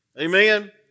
amen